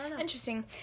interesting